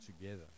together